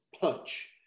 punch